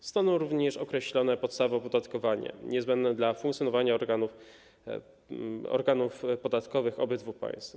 Zostaną również określone podstawy opodatkowania niezbędne dla funkcjonowania organów podatkowych obydwu państw.